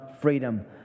freedom